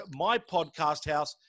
MYPODCASTHOUSE